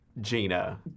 Gina